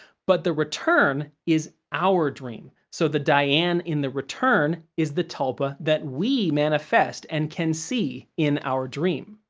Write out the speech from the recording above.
but the return is our dream, so the diane in the return is the tulpa that we manifest and can see in our dream.